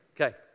Okay